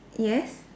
yes